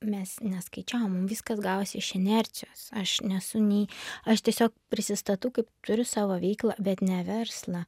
mes neskaičiavom viskas gavosi iš inercijos aš nesu nei aš tiesiog prisistatau kaip turiu savo veiklą bet ne verslą